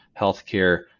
healthcare